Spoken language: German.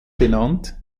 benannt